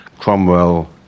Cromwell